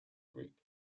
group